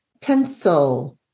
pencil